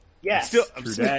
Yes